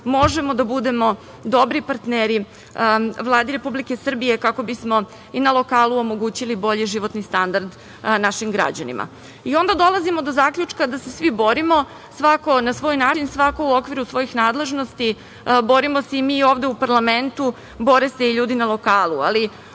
možemo da budemo dobri partneri Vladi Republike Srbije, kako bismo i na lokalu omogućili bolji životni standard našim građanima. Onda dolazimo do zaključka da se svi borimo, svako na svoj način, svako u okviru svojih nadležnosti, borimo se i mi ovde u parlamentu, bore se i ljudi na lokalu. Ako